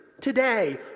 today